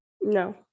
no